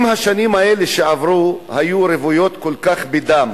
האם השנים האלה שעברו, שהיו רוויות כל כך בדם,